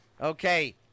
Okay